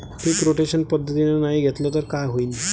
पीक rotation पद्धतीनं नाही घेतलं तर काय होईन?